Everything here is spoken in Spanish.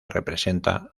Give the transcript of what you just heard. representa